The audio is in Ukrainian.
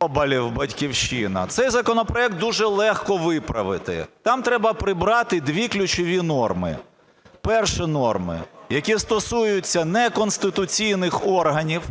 Соболєв, "Батьківщина". Цей законопроект дуже легко виправити, там треба прибрати дві ключові норми. Перші норми, які стосуються неконституційних органів